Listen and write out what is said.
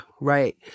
right